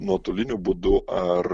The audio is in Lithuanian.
nuotoliniu būdu ar